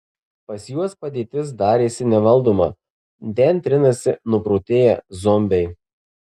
pas juos padėtis darėsi nevaldoma ten trinasi nuprotėję zombiai